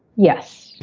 yes. yeah